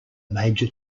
major